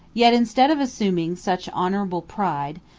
yet, instead of assuming such honorable pride,